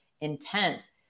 intense